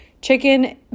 Chicken